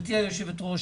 גברתי היושבת ראש,